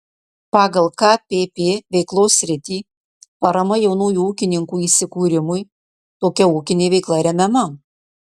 pagal kpp veiklos sritį parama jaunųjų ūkininkų įsikūrimui tokia ūkinė veikla remiama